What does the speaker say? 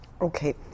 Okay